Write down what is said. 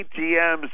ATMs